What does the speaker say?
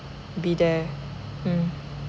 be there mm